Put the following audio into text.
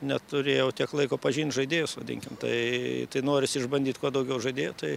neturėjau tiek laiko pažint žaidėjus vadinkim tai tai norisi išbandyt kuo daugiau žaidėjų tai